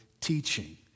teaching